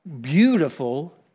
beautiful